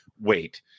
wait